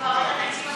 אמרת תקציב הבריאות.